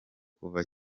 kuva